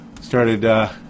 started